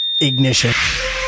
Ignition